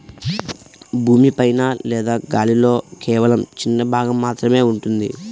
భూమి పైన లేదా గాలిలో కేవలం చిన్న భాగం మాత్రమే ఉంటుంది